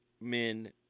men